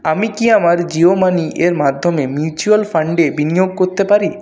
আমি কি আমার জিও মানির মাধ্যমে মিউচুয়াল ফান্ডে বিনিয়োগ করতে পারি